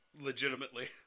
legitimately